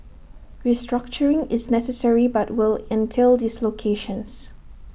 restructuring is necessary but will entail dislocations